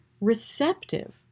receptive